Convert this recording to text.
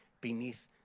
beneath